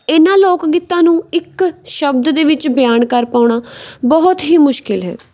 ਇਹਨਾਂ ਲੋਕ ਗੀਤਾਂ ਨੂੰ ਇੱਕ ਸ਼ਬਦ ਦੇ ਵਿੱਚ ਬਿਆਨ ਕਰ ਪਾਉਣਾ ਬਹੁਤ ਹੀ ਮੁਸ਼ਕਲ ਹੈ